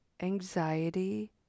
anxiety